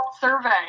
Survey